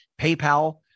PayPal